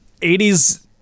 80s